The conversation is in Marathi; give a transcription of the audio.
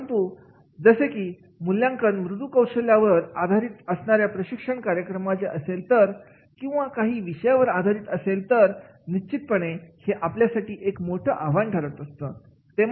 परंतु जमसे मूल्यांकन मृदू कौशल्यावर आधारित असणाऱ्या प्रशिक्षण कार्यक्रमाचे असेल तर किंवा काही विषयावर आधारित असेल तर निश्चितपणे हे आपल्यासाठी एक मोठं आव्हान ठरत असतं